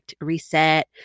reset